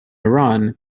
iran